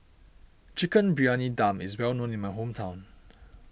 Chicken Briyani Dum is well known in my hometown